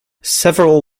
several